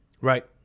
Right